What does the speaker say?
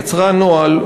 יצרה נוהל,